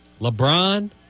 LeBron